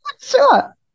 Sure